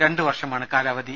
രണ്ടു വർഷമാണ് കാലാവധി